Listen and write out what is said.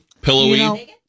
pillowy